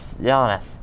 Giannis